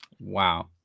Wow